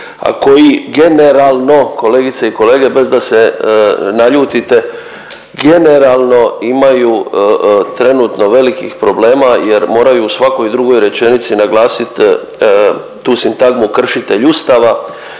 a koji generalno kolegice i kolege bez da se naljutite, generalno imaju trenutno velikih problema jer moraju u svakoj drugoj rečenici naglasit tu sintagmu kršitelj ustava